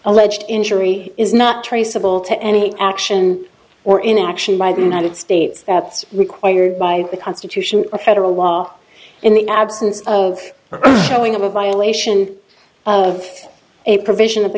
alleged injury is not traceable to any action or inaction by the united states that's required by the constitution a federal law in the absence of knowing of a violation of a provision of the